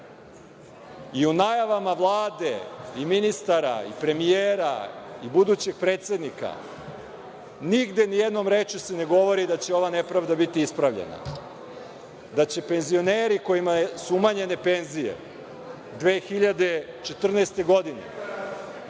I u najavama Vlade, ministara, premijera i budućeg predsednika, nigde se nijednom rečju ne govori da će ova nepravda biti ispravljena, da će penzioneri kojima su umanjene penzije 2014. godine,